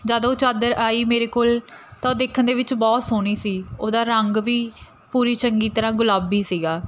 ਜਦ ਉਹ ਚਾਦਰ ਆਈ ਮੇਰੇ ਕੋਲ ਤਾਂ ਉਹ ਦੇਖਣ ਦੇ ਵਿੱਚ ਬਹੁਤ ਸੋਹਣੀ ਸੀ ਉਹਦਾ ਰੰਗ ਵੀ ਪੂਰੀ ਚੰਗੀ ਤਰ੍ਹਾਂ ਗੁਲਾਬੀ ਸੀਗਾ